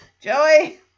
Joey